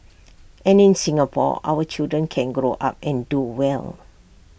and in Singapore our children can grow up and do well